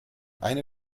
eine